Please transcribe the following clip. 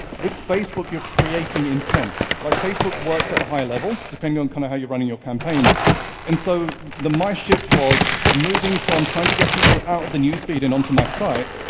with facebook you're creating intent. like facebook works at a higher level depending on kind of how you're running your campaigns and so, the mind shift was moving from trying to get people out of the newsfeed and onto my site,